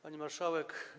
Pani Marszałek!